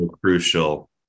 crucial